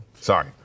Sorry